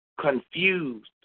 confused